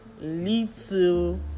little